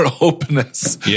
openness